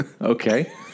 Okay